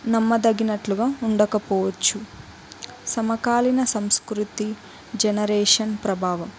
నమ్మదగినట్లుగా ఉండకపోవచ్చు సమకాలీన సంస్కృతి జనరేషన్ ప్రభావం